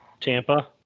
Tampa